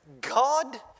god